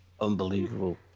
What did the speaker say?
Unbelievable